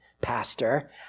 pastor